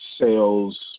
sales